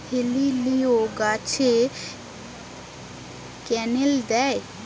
হেলিলিও গাছে ক্যানেল দেয়?